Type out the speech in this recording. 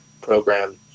program